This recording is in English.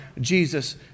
Jesus